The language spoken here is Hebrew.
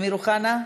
אמיר אוחנה,